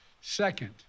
Second